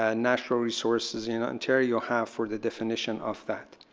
ah natural resources in ontario have for the definition of that.